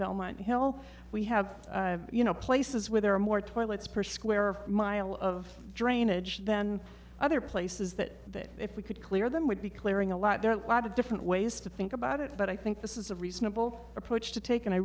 until we have you know places where there are more toilets per square mile of drainage then other places that if we could clear them would be clearing a lot there are a lot of different ways to think about it but i think this is a reasonable approach to take and i